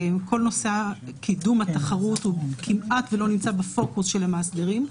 קידום התחרות כמעט לא נמצא בפוקוס של המאסדרים.